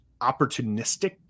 opportunistic